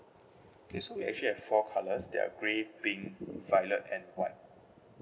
okay so we actually have four colours they are grey pink violet and white